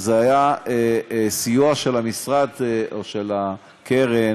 אז היה סיוע של המשרד או של הקרן,